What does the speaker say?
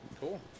Cool